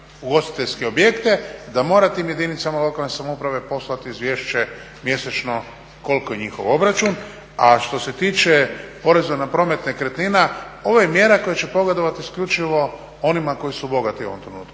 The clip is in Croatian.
ugostiteljske objekte, da mora tim jedinicama lokalne samouprave poslati izvješće mjesečno koliki je njihov obračun, a što se tiče poreza na promet nekretnina, ovo je mjera koja će pogodovati isključivo onima koji su bogati u ovom trenutku.